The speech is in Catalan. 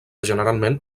generalment